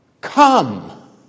come